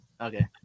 Okay